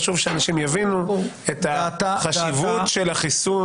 חשוב שאנשים יבינו את חשיבות החיסון.